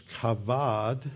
kavod